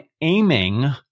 aiming